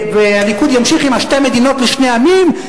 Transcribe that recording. והליכוד ימשיך עם ה"שתי מדינות לשני עמים",